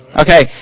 Okay